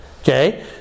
Okay